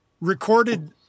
recorded